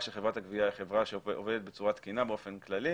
שחברת הגבייה היא חברה שעובדת בצורה תקינה באופן כללי